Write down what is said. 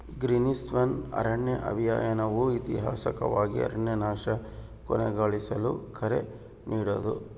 ಗ್ರೀನ್ಪೀಸ್ನ ಅರಣ್ಯ ಅಭಿಯಾನವು ಐತಿಹಾಸಿಕವಾಗಿ ಅರಣ್ಯನಾಶನ ಕೊನೆಗೊಳಿಸಲು ಕರೆ ನೀಡೋದು